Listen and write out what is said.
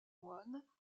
moines